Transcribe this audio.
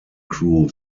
crew